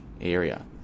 area